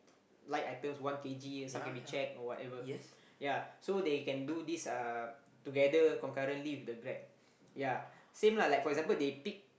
light items one K_G some can be cheque or whatever yea so they can do this uh together concurrently with the Grab yea same lah like for example they pick